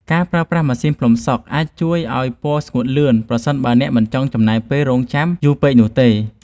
ការប្រើប្រាស់ម៉ាស៊ីនផ្លុំសក់អាចជួយឱ្យពណ៌ស្ងួតលឿនប្រសិនបើអ្នកមិនចង់ចំណាយពេលរង់ចាំយូរពេកនោះទេ។